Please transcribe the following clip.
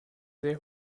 sehr